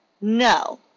No